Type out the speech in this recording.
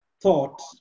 thought